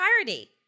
entirety